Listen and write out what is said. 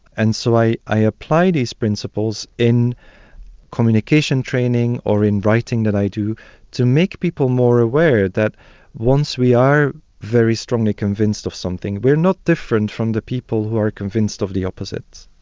and so i i apply these principles in communication training or in writing that i do to make people more aware that once we are very strongly convinced of something we are not different from the people who are convinced of the opposites.